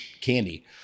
candy